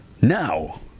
Now